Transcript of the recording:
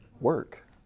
Work